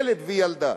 ילד וילדה,